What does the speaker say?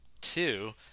Two